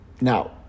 Now